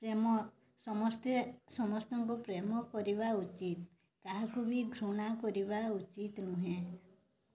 ପ୍ରେମ ସମସ୍ତେ ସମସ୍ତଙ୍କୁ ପ୍ରେମ କରିବା ଉଚିତ୍ କାହାକୁ ବି ଘୃଣା କରିବା ଉଚିତ୍ ନୁହେଁ